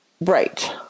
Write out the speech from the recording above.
Right